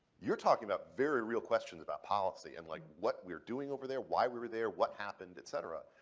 you're talking about very real questions about policy and like what we're doing over there? why we were there? what happened, et cetera?